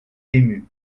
ému